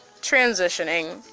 transitioning